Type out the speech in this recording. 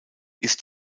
ist